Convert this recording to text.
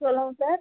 சொல்லுங்கள் சார்